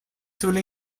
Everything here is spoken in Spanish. suele